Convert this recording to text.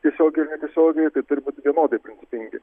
tiesiogiai ar netiesiogiai tai turim būt vienodai principingi